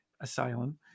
asylum